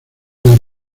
del